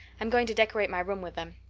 i'm going to decorate my room with them.